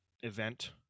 event